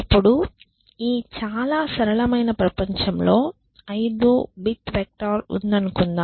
ఇప్పుడు ఈ చాలా సరళమైన ప్రపంచంలో 5 బిట్ వెక్టర్ ఉందనుకుందాం